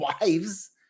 wives